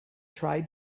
tried